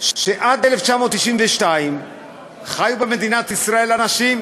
שעד 1992 חיו במדינת ישראל אנשים,